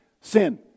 sin